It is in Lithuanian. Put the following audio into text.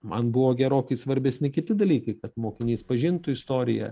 man buvo gerokai svarbesni kiti dalykai kad mokinys pažintų istoriją